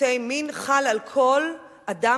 שירותי מין חל על כל אדם,